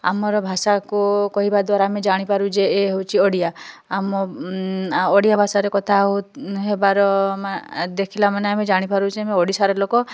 ଆମର ଭାଷାକୁ କହିବା ଦ୍ୱାରା ଆମେ ଜାଣିପାରୁ ଯେ ଏ ହେଉଛି ଓଡ଼ିଆ ଆମ ଓଡ଼ିଆ ଭାଷାରେ କଥା ହେଉ ହେବାର ଦେଖିଲା ମାନେ ଆମେ ଜାଣିପାରୁ ଯେ ଆମ ଓଡ଼ିଶାର ଲୋକ